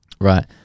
Right